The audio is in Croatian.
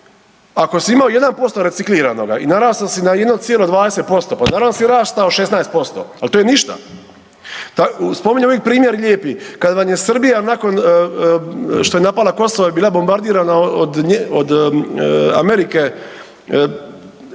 ako si imao 1% recikliranoga i narastao si na 1,20%, pa naravno da si rastao 16%, ali to je ništa. Tako spominjem uvijek primjer lijepi, kada vam je Srbija nakon što je napala Kosovo i bila bombardirana od Amerike,